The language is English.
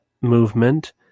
movement